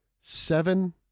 seven